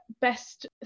best